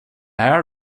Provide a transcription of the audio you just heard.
här